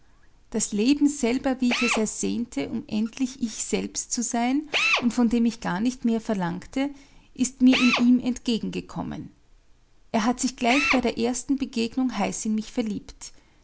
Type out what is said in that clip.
das leben selber wie ich es ersehnte um endlich ich selbst zu sein und von dem ich gar nicht mehr verlangte ist mir in ihm entgegengekommen er hat sich gleich bei der ersten begegnung heiß in mich verliebt